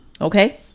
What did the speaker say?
Okay